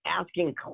asking